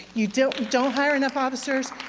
you don't don't hire enough officers,